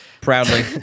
Proudly